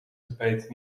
tapijt